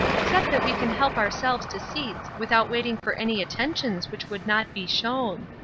except that we can help ourselves to seats without waiting for any attentions which would not be shown.